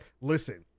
Listen